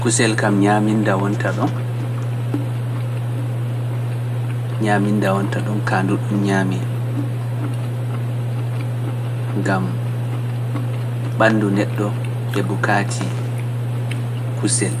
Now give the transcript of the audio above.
Kusel kam ñaminda wonta ɗon, ñaminda wonta ɗon kandu ɗum ñaami, ngam ɓanndu neɗɗo ɓe bukaati kusel,